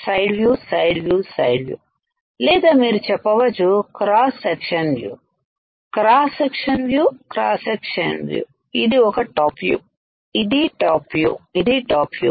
side view side view side వ్యూలేదా మీరు చెప్పవచ్చు cross section view cross section view cross section వ్యూఇది ఒకటి టాప్ వ్యూ ఇదిటాప్ వ్యూఇదిటాప్ వ్యూ